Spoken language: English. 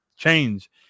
Change